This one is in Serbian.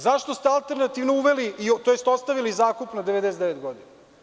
Zašto ste alternativno uveli, tj. ostavili zakup na 99 godina?